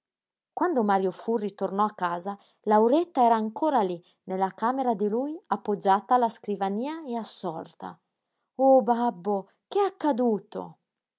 quando mario furri tornò a casa lauretta era ancora lí nella camera di lui appoggiata alla scrivania e assorta oh babbo che è accaduto